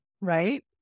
right